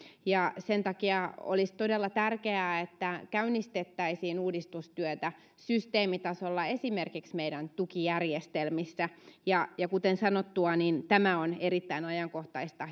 ja sen takia olisi todella tärkeää että käynnistettäisiin uudistustyötä systeemitasolla esimerkiksi meidän tukijärjestelmissä kuten sanottua tämä on erittäin ajankohtaista